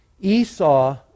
Esau